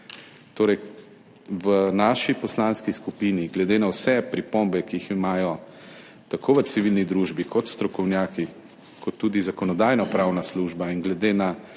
Torej v naši poslanski skupini glede na vse pripombe, ki jih imajo tako v civilni družbi kot strokovnjaki kot tudi Zakonodajno-pravna služba, in glede na